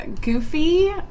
Goofy